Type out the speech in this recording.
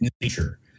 nature